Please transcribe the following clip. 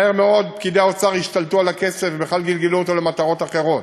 מהר מאוד פקידי האוצר השתלטו על הכסף ובכלל גלגלו אותו למטרות אחרות.